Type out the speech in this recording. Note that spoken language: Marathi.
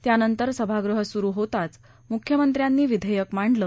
त्यानंतर सभागृह सुरू होताच मुख्यमंत्र्यांनी विधेयक मांडलं